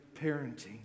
parenting